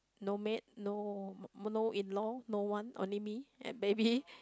no maid no no in law no one only me and baby